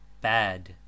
bad